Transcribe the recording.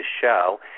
show